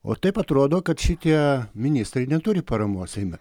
o taip atrodo kad šitie ministrai neturi paramos seime